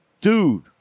Dude